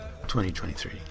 2023